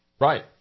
Right